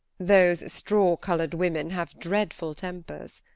those straw-coloured women have dreadful tempers.